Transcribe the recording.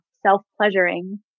self-pleasuring